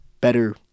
better